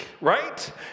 right